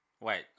Wait